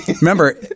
Remember